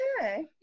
okay